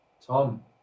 Tom